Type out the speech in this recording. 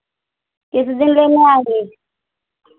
किस दिन लेने आएंगे